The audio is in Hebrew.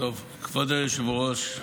כבוד היושבת-ראש,